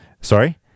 sorry